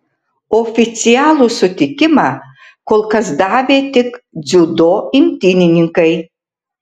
oficialų sutikimą kol kas davė tik dziudo imtynininkai